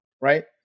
right